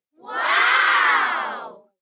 Wow